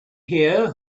here